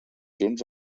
junts